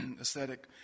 aesthetic